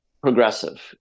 progressive